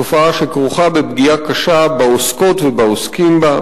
תופעה שכרוכה בפגיעה קשה בנמצאות ובנמצאים בה,